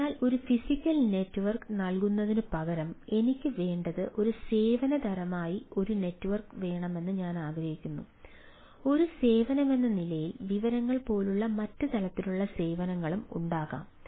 അതിനാൽ ഒരു physical network നൽകുന്നതിനുപകരം എനിക്ക് വേണ്ടത് ഒരു സേവന തരമായി ഒരു നെറ്റ്വർക്ക് വേണമെന്ന് ഞാൻ ആഗ്രഹിക്കുന്നു ഒരു സേവനമെന്ന നിലയിൽ വിവരങ്ങൾ പോലുള്ള മറ്റ് തരത്തിലുള്ള സേവനങ്ങളും ഉണ്ടാകാം